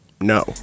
no